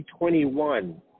2021